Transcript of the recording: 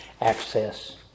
access